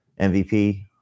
MVP